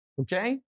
okay